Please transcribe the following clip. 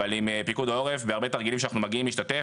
אבל עם פיקוד העורף בהרבה תרגילים שאנחנו מגיעים להשתתף,